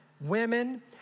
women